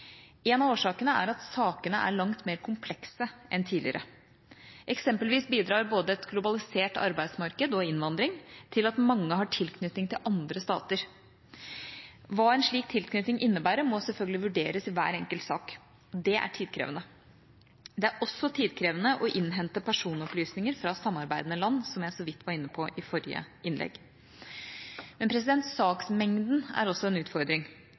En av årsakene er at sakene er langt mer komplekse enn tidligere. Eksempelvis bidrar både et globalisert arbeidsmarked og innvandring til at mange har tilknytning til andre stater. Hva en slik tilknytning innebærer, må selvfølgelig vurderes i hver enkelt sak. Det er tidkrevende. Det er også tidkrevende å innhente personopplysninger fra samarbeidende land, som jeg så vidt var inne på i forrige innlegg. Saksmengden er også en utfordring.